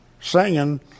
singing